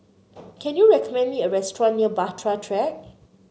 can you recommend me a restaurant near Bahtera Track